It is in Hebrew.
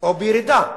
או בירידה.